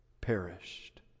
perished